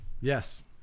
Yes